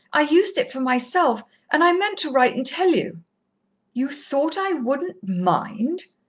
i used it for myself and i meant to write and tell you you thought i wouldn't mind!